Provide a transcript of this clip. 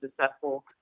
successful